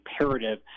imperative